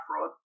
fraud